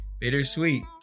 Bittersweet